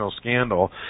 scandal